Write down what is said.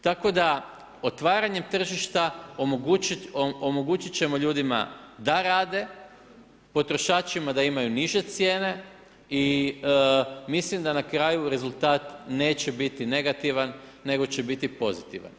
Tako da otvaranjem tržišta omogućiti ćemo ljudima da rade, potrošačima da imaju niže cijene i mislim da na kraju rezultat neće biti negativan nego će biti pozitivan.